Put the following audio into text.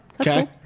okay